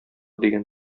дигән